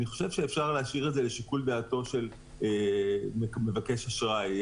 אני חושב שאפשר להשאיר את זה לשיקול דעתו של מבקש האשראי.